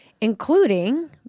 including